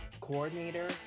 coordinator